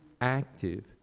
active